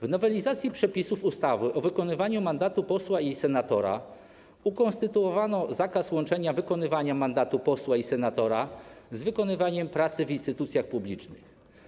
W nowelizacji przepisów ustawy o wykonywaniu mandatu posła i senatora ukonstytuowano zakaz łączenia wykonywania mandatu posła i senatora z wykonywaniem pracy w instytucjach publicznych.